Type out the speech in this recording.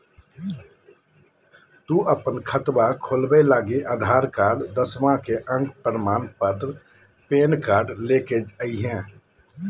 तू अपन खतवा खोलवे लागी आधार कार्ड, दसवां के अक प्रमाण पत्र, पैन कार्ड ले के अइह